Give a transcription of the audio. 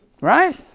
Right